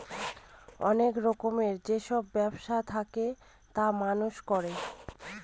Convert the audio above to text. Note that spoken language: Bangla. অনেক রকমের যেসব ব্যবসা থাকে তা মানুষ করবে